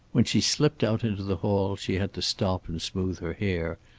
when she slipped out into the hall she had to stop and smooth her hair,